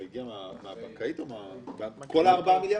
זה הגיע מהבנקאית כל ה-4 מיליון?